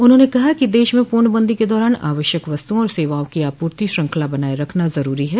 उन्होंने कहा कि देश में पूर्णबंदी के दौरान आवश्यक वस्तुओं और सेवाओं की आपूर्ति श्रृंखला बनाये रखना जरूरी है